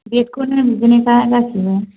जेखुनु बिदिनोखा गासिबो